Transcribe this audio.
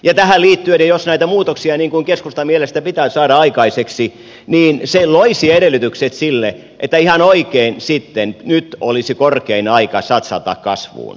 tähän liittyen jos näitä muutoksia niin kuin keskustan mielestä pitäisi saada aikaiseksi niin se loisi edellytykset sille että ihan oikein sitten nyt olisi korkein aika satsata kasvuun